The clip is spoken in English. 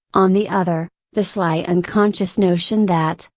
on the other, the sly unconscious notion that,